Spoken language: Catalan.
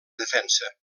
defensa